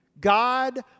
God